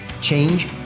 Change